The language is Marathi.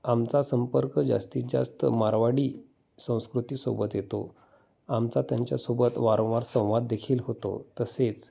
आमचा संपर्क जास्तीत जास्त मारवाडी संस्कृतीसोबत येतो आमचा त्यांच्यासोबत वारंवार संवाद देखील होतो तसेच